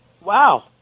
wow